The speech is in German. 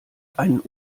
einen